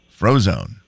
Frozone